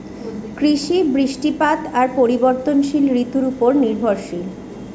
কৃষি, বৃষ্টিপাত আর পরিবর্তনশীল ঋতুর উপর নির্ভরশীল